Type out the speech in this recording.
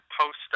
post